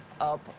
up